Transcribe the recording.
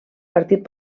partit